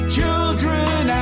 Children